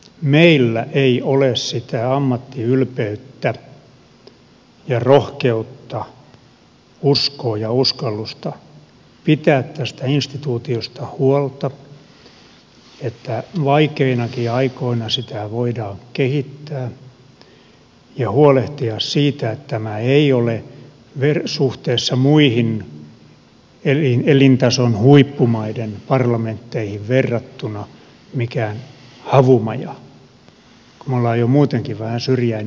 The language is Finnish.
meillä pitää olla sitä ammattiylpeyttä ja rohkeutta uskoa ja uskallusta pitää tästä instituutiosta huolta että vaikeinakin aikoina sitä voidaan kehittää ja huolehtia siitä että tämä ei ole muihin elintason huippumaiden parlamentteihin verrattuna mikään havumaja kun me olemme jo muutenkin vähän syrjäinen maa